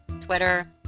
Twitter